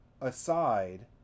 aside